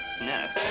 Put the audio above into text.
No